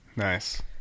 nice